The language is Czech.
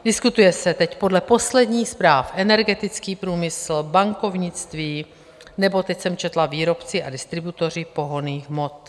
Diskutuje se teď podle posledních zpráv energetický průmysl, bankovnictví nebo, teď jsem četla, výrobci a distributoři pohonných hmot.